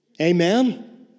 Amen